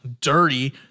dirty